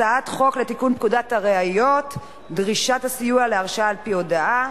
הצעת חוק לתיקון פקודת הראיות (דרישת הסיוע להרשעה על-פי הודאה),